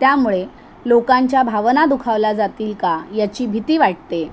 त्यामुळे लोकांच्या भावना दुखावल्या जातील का याची भीती वाटते